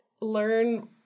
learn